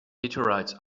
meteorites